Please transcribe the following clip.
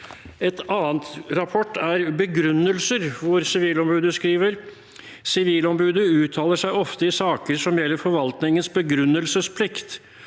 En annen rapport gjelder begrunnelser. Sivilombudet skriver der: «Sivilombudet uttaler seg ofte i saker som gjelder forvaltningens begrunnelsesplikt.